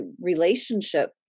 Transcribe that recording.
relationship